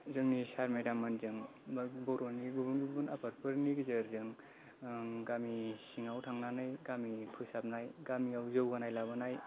जोंनि सार मेदाम मोनजों बा बर'नि गुबुन गुबुन आफादफोरनि गेजेरजों आं गामि सिङाव थांनानै गामिनि फोसाबनाय गामियाव जौगानाय लाबोनाय